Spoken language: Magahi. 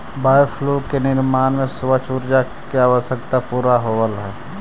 बायोफ्यूल के निर्माण से स्वच्छ ऊर्जा के आवश्यकता पूरा होवऽ हई